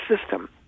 system